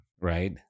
right